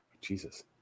Jesus